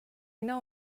know